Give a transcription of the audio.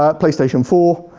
ah playstation four,